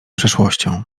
przeszłością